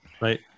Right